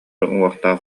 уҥуохтаах